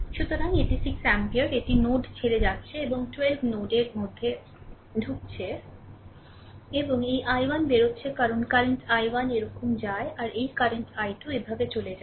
সুতরাং এটি 6 অ্যাম্পিয়ার এটি নোড ছেড়ে যাচ্ছে এবং এই I2নোডের মধ্যে ঢুকছে এবং এই I1 বেরচ্ছে কারণ কারেন্ট I1 এরকম যায় আর এই কারেন্ট I2 এভাবে চলে যায়